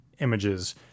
images